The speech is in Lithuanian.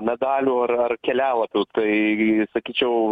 medalių ar ar kelialapių tai sakyčiau